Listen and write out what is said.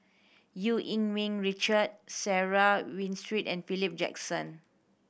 Eu Yee Ming Richard Sarah Winstedt and Philip Jackson